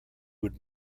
would